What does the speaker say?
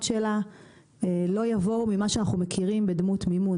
שלה לא יבואו ממה שאנחנו מכירים בדמות מימון.